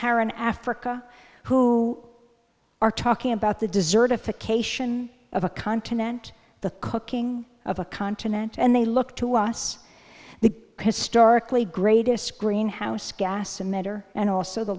saharan africa who are talking about the desert if a cation of a continent the cooking of a continent and they look to us the historically greatest greenhouse gas and mentor and also the